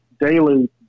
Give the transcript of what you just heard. daily